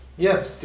yes